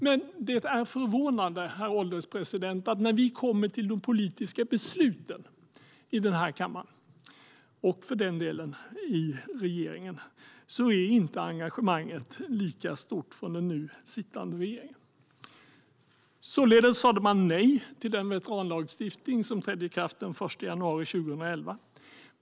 Men när det kommer till de politiska besluten i kammaren och regeringen är förvånande nog engagemanget inte lika stort från den nu sittande regeringen. Således sa man nej till den veteranlagstiftning som trädde i kraft den 1 januari 2011.